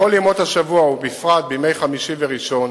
בכל ימות השבוע, ובפרט בימי חמישי וראשון,